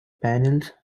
panels